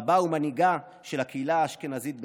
רבה ומנהיגה של הקהילה האשכנזית בצפת.